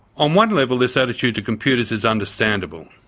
on one level this attitude to computers is understandable.